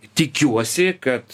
tikiuosi kad